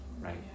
right